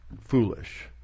foolish